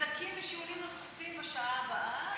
מבזקים ושיעולים נוספים בשעה הבאה".